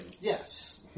Yes